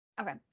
Okay